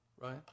right